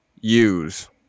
use